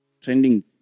trending